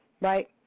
right